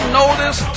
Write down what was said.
notice